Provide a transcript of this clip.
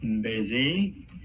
busy